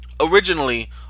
originally